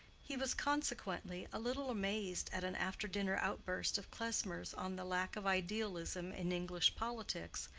he was consequently a little amazed at an after-dinner outburst of klesmer's on the lack of idealism in english politics,